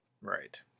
Right